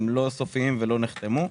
הם לא סופיים ולא נחתמו.